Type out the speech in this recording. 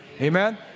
Amen